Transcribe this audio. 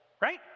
right